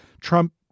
Trump